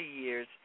years